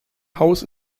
haus